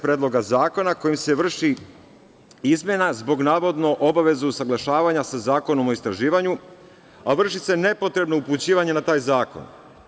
Predloga zakona kojim se vrši izmena zbog, navodno, obaveze usaglašavanja sa Zakonom o istraživanju, a vrši se nepotrebno upućivanje na taj zakon.